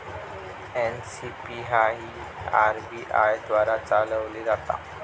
NCPI ही RBI द्वारा चालवली जाता